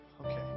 Okay